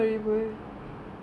macam apa ah